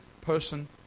person